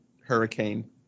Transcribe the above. hurricane